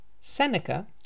Seneca